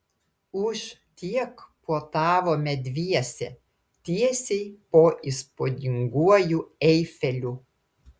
už tiek puotavome dviese tiesiai po įspūdinguoju eifeliu